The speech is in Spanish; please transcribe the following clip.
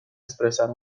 expresar